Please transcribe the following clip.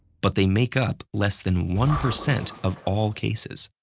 but they make up less than one percent of all cases.